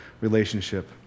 relationship